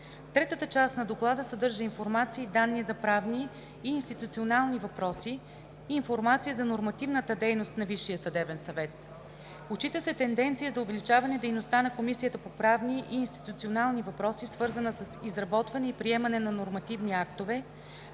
Третата част на Доклада съдържа информация и данни за правни и институционални въпроси и информация за нормативната дейност на Висшия съдебен съвет. Отчита се тенденция за увеличаване дейността на Комисията по правни и институционални въпроси, свързана с изработване и приемане на нормативни актове